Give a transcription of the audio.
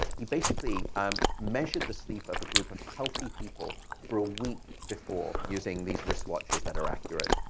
he basically um measured the sleep of a group of healthy people for a week before using these wristwatches that are accurate.